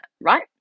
right